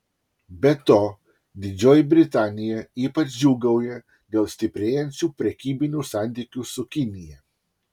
be to didžioji britanija ypač džiūgauja dėl stiprėjančių prekybinių santykių su kinija